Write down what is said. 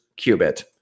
qubit